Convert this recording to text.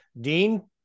dean